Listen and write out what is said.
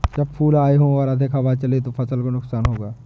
जब फूल आए हों और अधिक हवा चले तो फसल को नुकसान होगा?